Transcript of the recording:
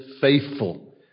faithful